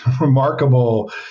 remarkable